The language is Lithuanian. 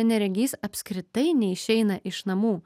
neregys apskritai neišeina iš namų